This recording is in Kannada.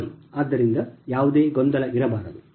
ಆದ್ದರಿಂದ ಯಾವುದೇ ಗೊಂದಲ ಇರಬಾರದು